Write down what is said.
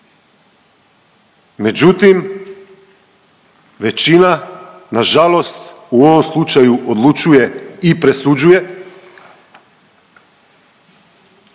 međutim većina na žalost u ovom slučaju odlučuje i presuđuje,